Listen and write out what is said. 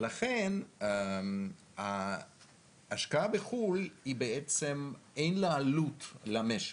ולכן ההשקעה בחו"ל היא בעצם אין לה עלות למשק.